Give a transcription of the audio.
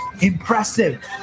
impressive